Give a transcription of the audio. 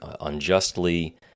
unjustly